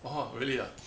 !wah! really ah